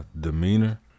demeanor